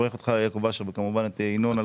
מברך אותך יעקב אשר וכמובן את ינון.